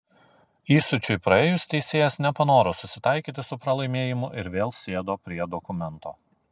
įsiūčiui praėjus teisėjas nepanoro susitaikyti su pralaimėjimu ir vėl sėdo prie dokumento